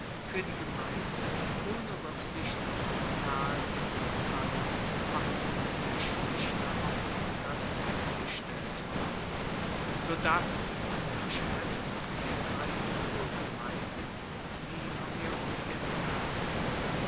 fuer die gemeinde ohne ruecksicht auf die zahl der zur zeit vorhandenen geschlechter auf hundert festgestellt worden sodass von der verschmelzung der drei urgemeinden die vermehrung der senatssitze